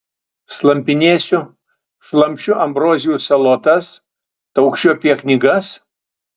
slampinėsiu šlamšiu ambrozijų salotas taukšiu apie knygas